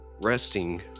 Resting